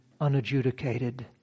unadjudicated